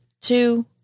two